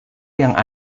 yang